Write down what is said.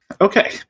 okay